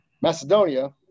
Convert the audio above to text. Macedonia